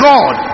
God